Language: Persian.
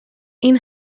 این